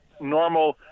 normal